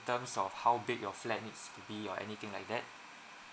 in terms of how big your flat needs to be or anything like that